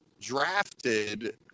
drafted